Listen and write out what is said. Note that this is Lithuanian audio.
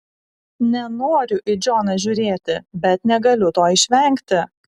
nenoriu į džoną žiūrėti bet negaliu to išvengti